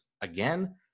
again